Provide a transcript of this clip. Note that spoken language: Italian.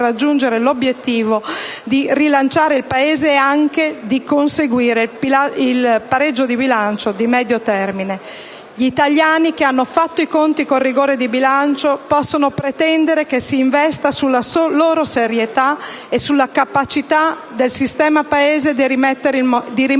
raggiungere l'obiettivo di rilanciare il Paese e anche di conseguire il pareggio di bilancio di medio termine. Gli italiani, che hanno fatto i conti con il rigore del bilancio, possono pretendere che si investa sulla loro serietà e sulla capacità del sistema Paese di rimettersi